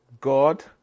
God